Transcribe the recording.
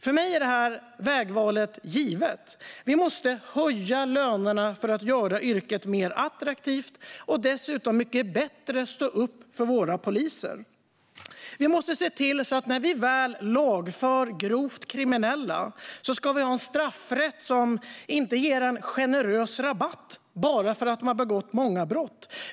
För mig är detta vägval givet. Vi måste höja lönerna för att göra yrket mer attraktivt och dessutom mycket bättre stå upp för våra poliser. När vi väl lagför grovt kriminella ska vi ha en straffrätt som inte ger en generös rabatt bara för att man har begått många brott.